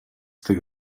tych